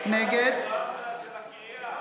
הוא, של הקריה.